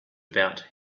about